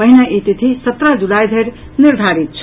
पहिने ई तिथि सत्रह जुलाई धरि निर्धारित छल